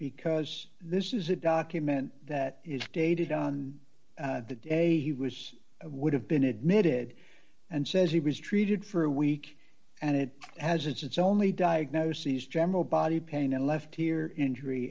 because this is a document that is dated on the day he was would have been admitted and says he was treated for a week and it has it's only diagnoses general body pain and left here injury